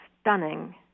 stunning